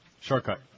Shortcut